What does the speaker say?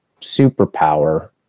superpower